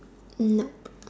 nope